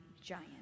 giant